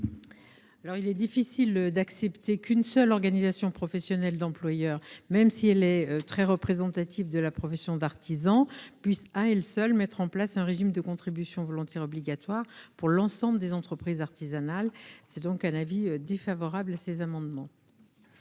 ? Il est difficile d'accepter qu'une seule organisation professionnelle d'employeurs, fût-elle très représentative de la profession d'artisan, puisse à elle seule mettre en place un régime de contribution volontaire obligatoire pour l'ensemble des entreprises artisanales. Aussi, l'avis est défavorable sur ces amendements.